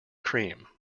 cream